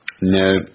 No